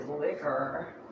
liquor